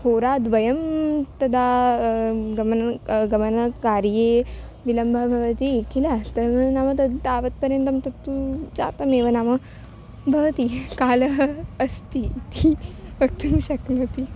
होराद्वयं तदा गमनं गमनकार्ये विलम्बः भवति किल तद् नाम तद् तावत्पर्यन्तं तत्तु जातमेव नाम भवति कालः अस्ति इति वक्तुं शक्नोति